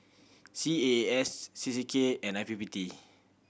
C A A S C C K and I P P T